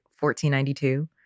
1492